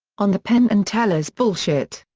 on the penn and teller's bullshit!